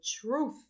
truth